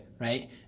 right